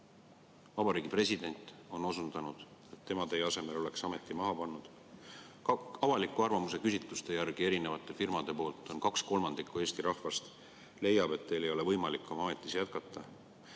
Vabariigi President on osundanud, et tema teie asemel oleks ameti maha pannud. Avaliku arvamuse küsitluste järgi erinevate firmade poolt kaks kolmandikku Eesti rahvast leiab, et teil ei ole võimalik oma ametis jätkata.